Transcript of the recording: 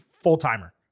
full-timer